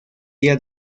día